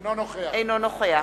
אינו נוכח